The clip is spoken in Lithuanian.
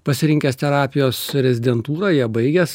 pasirinkęs terapijos rezidentūrą ją baigęs